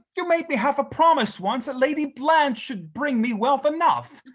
you made me half a promise once that lady blanche should bring me wealth enough.